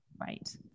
Right